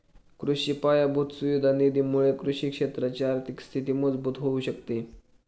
कृषि पायाभूत सुविधा निधी मुळे कृषि क्षेत्राची आर्थिक स्थिती मजबूत होऊ शकते